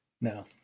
No